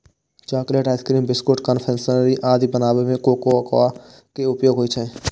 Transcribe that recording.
chocolate, ice cream, biscuit, confectionery आदि बनाबै मे कोकोआ के उपयोग होइ छै